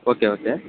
okay okay